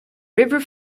river